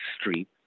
Street